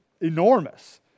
enormous